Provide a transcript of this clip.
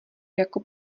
jako